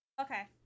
okay